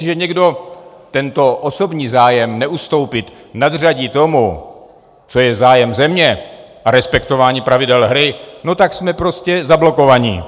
A jestliže někdo tento osobní zájem neustoupit nadřadí tomu, co je zájem země, a respektování pravidel hry, no tak jsme prostě zablokovaní.